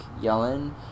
Yellen